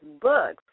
books